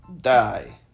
die